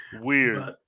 weird